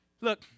Look